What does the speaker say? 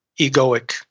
egoic